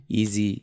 Easy